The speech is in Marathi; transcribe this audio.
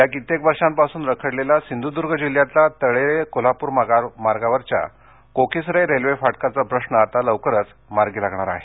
गेल्या कित्येक वर्षांपासून रखडलेला सिंधूदर्ग जिल्ह्यातल्या तळेरे कोल्हापूर मार्गावरच्या कोकीसरे रेल्वे फाटकाचा प्रश्न आता लवकरच मार्गी लागणार आहे